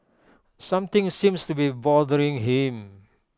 something seems to be bothering him